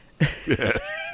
Yes